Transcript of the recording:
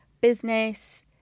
business